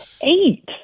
Eight